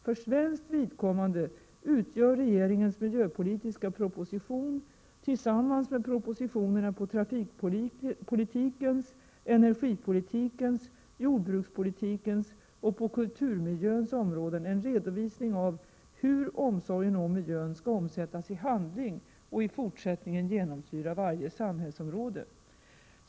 För svenskt vidkommande utgör regeringens miljöpolitiska proposition tillsammans med propositionerna på trafikpolitikens, energipolitikens, jordbrukspolitikens och på kulturmiljöns områden en redovisning av hur omsorgen om miljön skall omsättas i handling och i fortsättningen genomsyra varje samhällsområde.